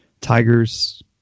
Tigers